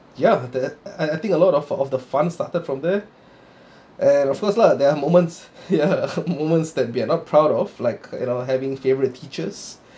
ya that I I think a lot of uh of the fun started from there and of course lah there are moments ya moments that we are not proud of like you know having favourite teachers